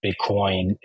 Bitcoin